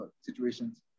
situations